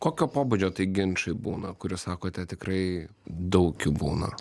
kokio pobūdžio tai ginčai būna kur jūs sakote tikrai daug jų būna